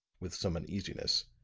with some uneasiness.